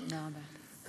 תודה רבה.